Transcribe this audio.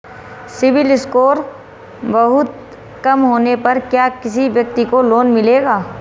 CIBIL score बहुत कम होने पर क्या किसी व्यक्ति को लोंन मिलेगा?